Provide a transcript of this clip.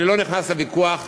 אני לא נכנס לוויכוח,